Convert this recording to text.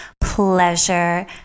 Pleasure